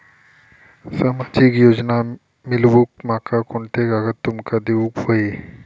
सामाजिक योजना मिलवूक माका कोनते कागद तुमका देऊक व्हये?